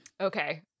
Okay